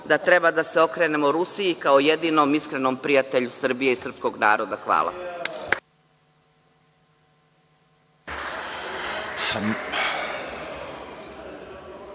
da treba da se okrenemo Rusiji, kao jedinom iskrenom prijatelju Srbije i srpskog naroda. Hvala.